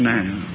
now